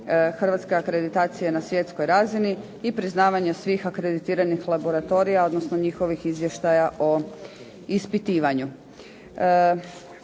hrvatske akreditacije na svjetskoj razini i priznavanja svih akreditiranih laboratorija, odnosno njihovih izvještaja o ispitivanju.